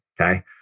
okay